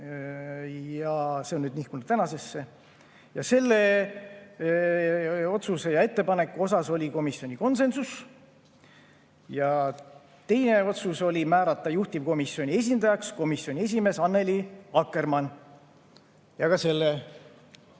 – see on nüüd nihkunud tänasesse –, selle otsuse ja ettepaneku suhtes oli komisjonil konsensus. Teine otsus oli määrata juhtivkomisjoni esindajaks komisjoni esimees Annely Akkermann. Ka selle